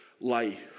life